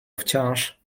wciąż